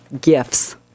gifts